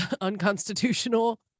unconstitutional